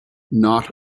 not